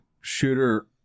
shooter